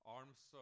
arms